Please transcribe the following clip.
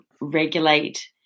regulate